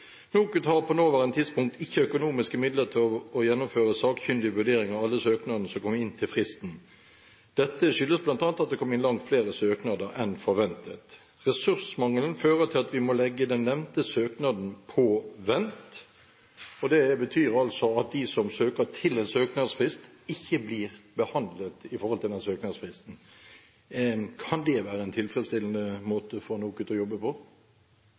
har på nåværende tidspunkt ikke økonomiske midler til å gjennomføre sakkyndig vurdering av alle søknadene som kom inn til fristen. Dette skyldes bl.a. at det kom inn langt flere søknader enn forventet.» Og videre: «Ressursmangelen fører til at vi må legge den nevnte søknaden på vent.» Det betyr altså at de som søker innen en søknadsfrist, ikke blir behandlet i forhold til den søknadsfristen. Kan det være en tilfredsstillende måte for NOKUT å jobbe på?